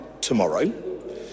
tomorrow